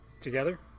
together